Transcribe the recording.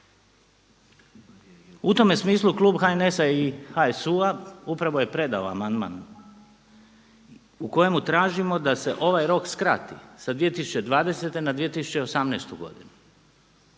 U tome smislu klub HNS-HSU-a upravo je predao amandman u kojemu tražimo da se ovaj rok skrati sa 2020. na 2018. godinu.